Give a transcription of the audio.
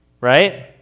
right